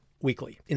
weekly